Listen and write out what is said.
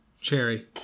cherry